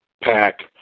pack